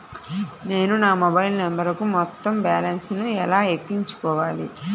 నేను నా మొబైల్ నంబరుకు మొత్తం బాలన్స్ ను ఎలా ఎక్కించుకోవాలి?